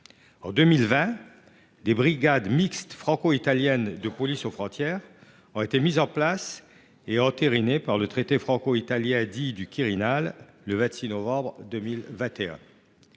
En 2020, des brigades mixtes franco italiennes de police aux frontières ont été mises en place et entérinées par le traité franco italien, dit du Quirinal, du 26 novembre 2021.